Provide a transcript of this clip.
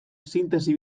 sintesi